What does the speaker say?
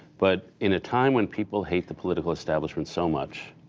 but in a time when people hate the political establishment so much,